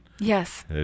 Yes